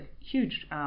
huge